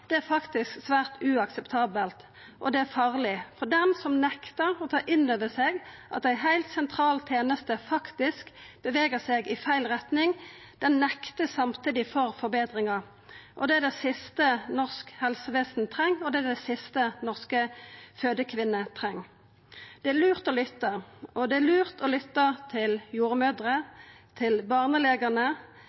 skremselspropaganda, er faktisk svært uakseptabelt, og det er farleg. For den som nektar å ta inn over seg at ei heilt sentral teneste faktisk beveger seg i feil retning, nektar samtidig for forbetringar. Det er det siste norsk helsevesen treng, og det er det siste norske fødekvinner treng. Det er lurt å lytta, og det er lurt å lytta til jordmødrer, til barnelegane,